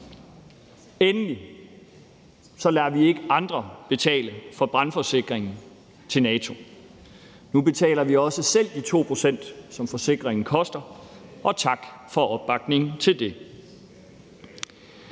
Endelig lader vi ikke andre betale for brandforsikringen til NATO. Nu betaler vi også selv de 2 pct., som forsikringen koster, og tak for opbakningen til det.